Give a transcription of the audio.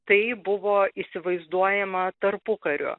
tai buvo įsivaizduojama tarpukariu